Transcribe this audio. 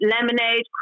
lemonade